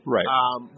Right